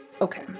Okay